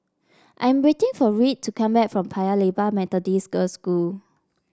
I am waiting for Reed to come back from Paya Lebar Methodist Girls' School